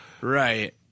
Right